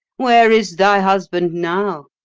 where is thy husband now?